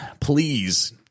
please